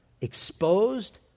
exposed